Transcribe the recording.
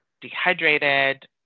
dehydrated